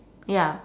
ya